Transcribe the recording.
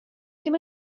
ddim